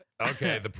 Okay